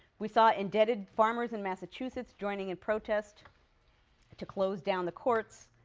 we saw indebted farmers in massachusetts joining in protest to close down the courts,